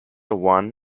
won